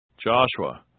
Joshua